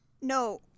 No